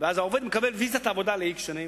ואז העובד מקבל ויזת עבודה ל-x שנים.